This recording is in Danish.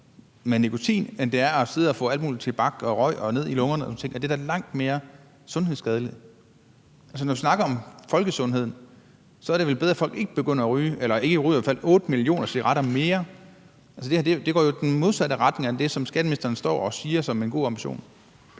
med nikotin, end det er at sidde og få alt muligt tobak og røg ned i lungerne og sådan nogle ting, at det da er langt mere sundhedsskadeligt? Når vi snakker om folkesundheden, er det vel bedre, at folk i hvert fald ikke ryger 8 millioner cigaretter mere. Det her går jo i den modsatte retning af det, som skatteministeren står og siger er en god ambition.